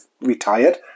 retired